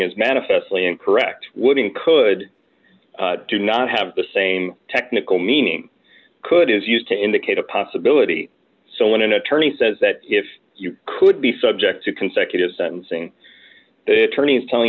is manifestly incorrect wooding could do not have the same technical meaning could is used to indicate a possibility so when an attorney says that if you could be subject to consecutive sentencing attorneys telling